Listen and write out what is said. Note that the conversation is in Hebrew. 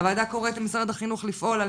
הוועדה קוראת למשרד החינוך לפעול על